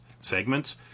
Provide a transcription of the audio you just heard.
segments